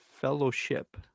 Fellowship